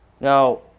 Now